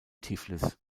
tiflis